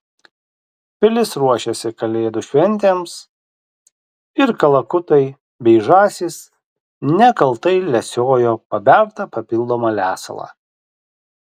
pilis ruošėsi kalėdų šventėms ir kalakutai bei žąsys nekaltai lesiojo pabertą papildomą lesalą